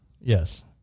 Yes